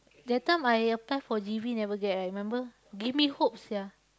that time I apply for G_V never get eh remember give me hope sia